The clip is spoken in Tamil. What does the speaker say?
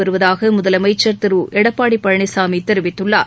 வருவதாக முதலமைச்சர் திரு எடப்பாடி பழனிசாமி தெரிவித்துள்ளார்